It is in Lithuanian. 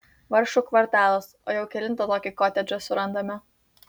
vargšų kvartalas o jau kelintą tokį kotedžą surandame